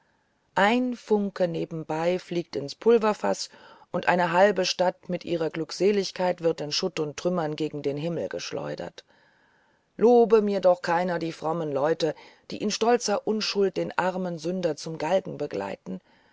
ein funke nebenbei fliegt ins pulverfaß und eine halbe stadt mit ihrer glückseligkeit wird in schutt und trümmern gegen den himmel geschleudert lobe mir doch keiner die frommen leute die in stolzer unschuld den armen sünder zum galgen begleiten